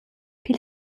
pil